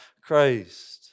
Christ